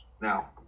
Now